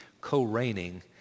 co-reigning